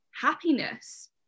happiness